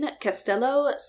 Castello